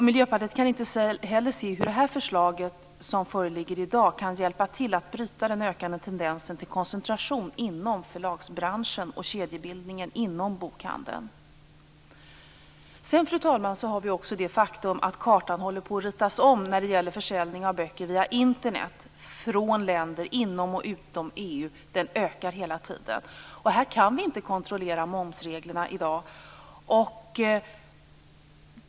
Miljöpartiet kan inte heller se hur det här förslaget kan hjälpa till att bryta den ökande tendensen till koncentration inom förlagsbranschen och kedjebildningen inom bokhandeln. Fru talman! Sedan har vi också det faktum att kartan håller på att ritas om när det gäller försäljning av böcker via Internet från länder inom och utom EU. Den försäljningen ökar hela tiden. Här kan vi inte kontrollera momsreglerna i dag.